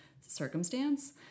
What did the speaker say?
circumstance